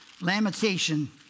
Lamentation